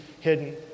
hidden